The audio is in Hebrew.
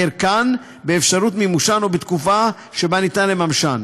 בערכן, באפשרות מימושן או בתקופה שבה אפשר לממשן.